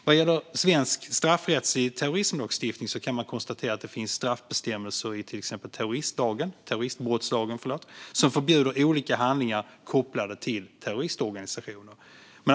Vad gäller svensk straffrättslig terrorismlagstiftning kan man konstatera att det finns straffbestämmelser i till exempel terroristbrottslagen som förbjuder olika handlingar kopplade till terroristorganisationer.